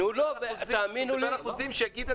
שידבר באחוזים.